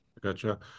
Gotcha